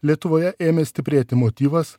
lietuvoje ėmė stiprėti motyvas